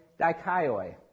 dikaioi